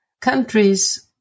countries